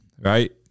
right